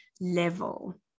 level